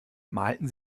malten